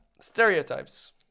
stereotypes